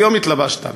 היום התלבשת,